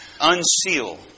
unseal